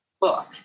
book